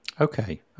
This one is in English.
Okay